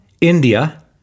India